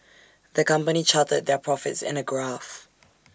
the company charted their profits in A graph